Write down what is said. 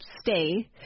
stay